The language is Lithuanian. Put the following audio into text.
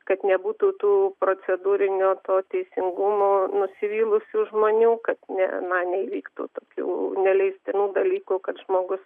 kad nebūtų tų procedūrinio to teisingumo nusivylusių žmonių kad ne na neįvyktų tokių neleistinų dalykų kad žmogus